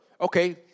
Okay